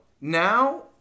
now